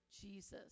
Jesus